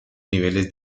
niveles